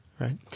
right